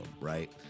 right